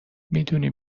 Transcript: میدونی